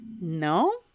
No